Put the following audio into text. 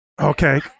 Okay